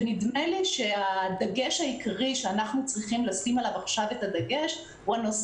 נדמה לי שהדגש העיקרי שאנחנו צריכים לשים עכשיו הוא האכיפה